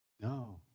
No